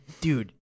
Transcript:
dude